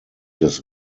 des